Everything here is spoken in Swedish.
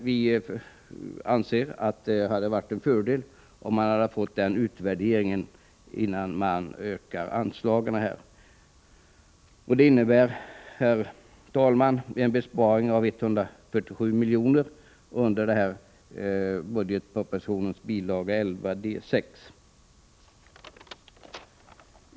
Vi anser att det hade varit en fördel, om man hade fått den utvärderingen innan man ökar anslagen. Vårt förslag innebär en besparing av 147 miljoner under budgetpropositionen bil. 11 D 6.